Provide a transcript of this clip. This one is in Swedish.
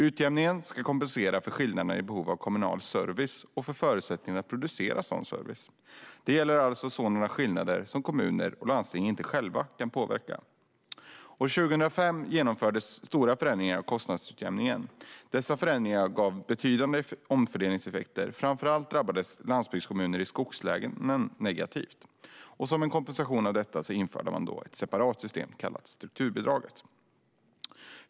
Utjämningen ska kompensera för skillnader i behov av kommunal service och för förutsättningarna att producera sådan service. Det gäller alltså sådana skillnader som kommuner och landsting inte själva kan påverka. År 2005 genomfördes stora förändringar av kostnadsutjämningen. Dessa förändringar gav betydande omfördelningseffekter. Framför allt drabbades landsbygdskommuner i skogslänen negativt. Som kompensation för detta införde man ett separat system kallat strukturbidraget.